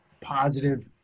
positive